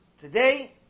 today